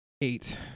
Eight